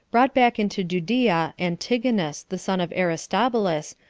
brought back into judea antigonus, the son of aristobulus,